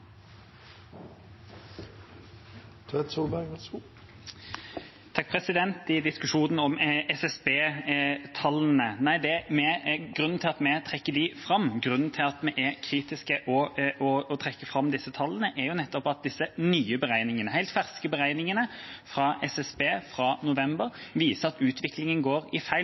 Tvedt Solberg har også hatt ordet to ganger tidligere og får ordet til en kort merknad, begrenset til 1 minutt. Til diskusjonen om SSB-tallene: Grunnen til at vi er kritiske og trekker fram disse tallene, er nettopp at disse nye beregningene, helt ferske beregninger fra SSB fra november, viser at utviklingen går feil